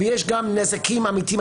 ויש גם נזקים אמיתיים,